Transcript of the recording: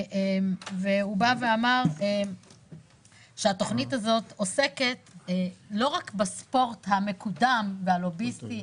הוא אמר שהתוכנית הזאת עוסקת לא רק בספורט המקודם והלוביסטי,